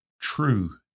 true